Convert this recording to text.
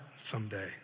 someday